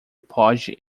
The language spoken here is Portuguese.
pode